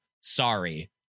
Sorry